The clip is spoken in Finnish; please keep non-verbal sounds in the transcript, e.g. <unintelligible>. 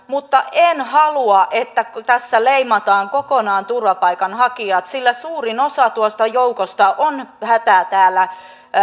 <unintelligible> mutta en halua että tässä leimataan kokonaan turvapaikanhakijat sillä suurin osa tuosta joukosta on hätää tänne